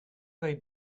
they